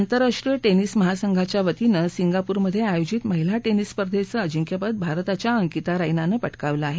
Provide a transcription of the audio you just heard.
आंतराष्ट्रीय टेनिस महासंघाच्या वतीनं सिंगापोरमध्ये आयोजित महिला टेनिस स्पर्धेचं अजिंक्यपद भारताच्या अंकिता रेना नं पटकावलं आहे